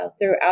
throughout